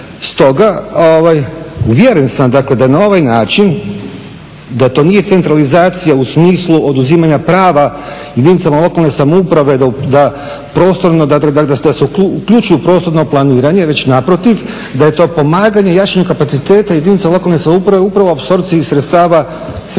Stoga uvjeren sam dakle da na ovaj način da to nije centralizacija u smislu oduzimanja prava jedinicama lokalne samouprave da prostorno da se uključi u prostorno planiranje već naprotiv, da je to pomaganje jačanju kapaciteta jedinica lokalne samouprave upravo u apsorpciji sredstava fondova